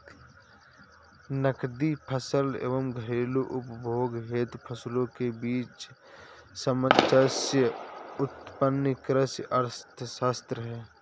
नकदी फसल एवं घरेलू उपभोग हेतु फसल के बीच सामंजस्य उत्तम कृषि अर्थशास्त्र है